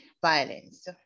violence